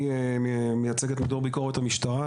אני מייצג את מדור ביקורת המשטרה.